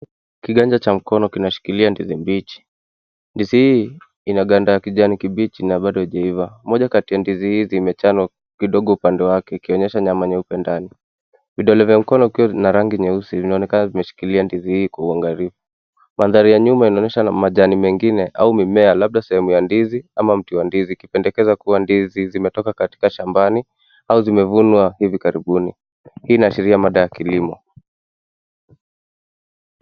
Kiganja cha mkono kinashikilia ndizi mbichi. Ndizi hii ina ganda ya kijani kibichi na bado haijaiva. Moja kati ya ndizi hizi zimechanwa kidogo upande wake, ikionyesha nyama nyeupe ndani. Vidole vya mkono vikiwa vina rangi nyeusi vinaonekana vimeshikilia ndizi hii kwa uangalifu. Mandhari ya nyuma yanaonyesha majani mengine au mimea labda sehemu ya ndizi ama mti wa ndizi, ikipendekeza kuwa ndizi zimetoka katika shambani au zimevunwa hivi karibuni. Hii inaashiria mada ya kilimo.